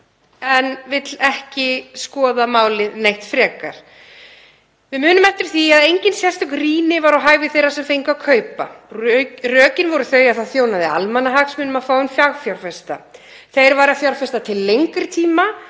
en vill ekki skoða málið neitt frekar. Við munum eftir því að engin sérstök rýni var á hæfi þeirra sem fengu að kaupa. Rökin voru þau að það þjónaði almannahagsmunum að fá inn fagfjárfesta, þeir væru að fjárfesta til lengri tíma